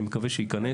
אני מקווה שייכנס.